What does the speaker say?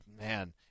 Man